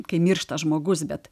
kai miršta žmogus bet